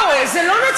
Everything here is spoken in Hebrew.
לא, זה לא.